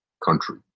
Country